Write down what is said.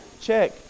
check